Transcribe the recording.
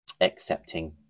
accepting